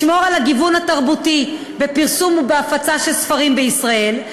לשמור על הגיוון התרבותי בפרסום ובהפצה של ספרים בישראל,